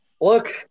Look